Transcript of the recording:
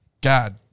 God